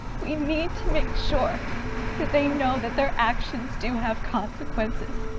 we need to make sure that they know that their actions do have consequences.